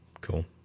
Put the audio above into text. Cool